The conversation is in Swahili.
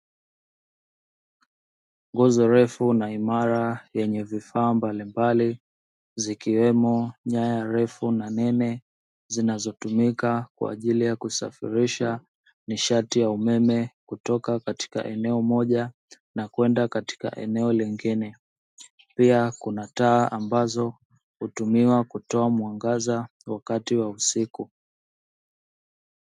Nguzo refu na imara yenye vifaa mbalimbali zikiwemo nyaya refu na nene zinazotumika kwa ajili ya kusafirisha nishati ya umeme kutoka katika eneo moja na kwenda katika eneo lingine. Pia kuna taa ambazo hutumiwa kutoa mwangaza wakati wa usiku.